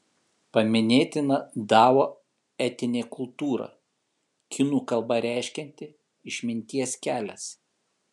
paminėtina dao etinė kultūra kinų kalba reiškianti išminties kelias